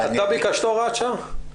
אתה ביקשת הוראת שעה?